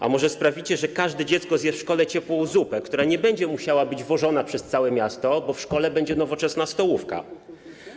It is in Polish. A może sprawicie, że każde dziecko zje w szkole ciepłą zupę, która nie będzie musiała być wożona przez całe miasto, bo w szkole będzie nowoczesna stołówka?